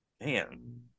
Man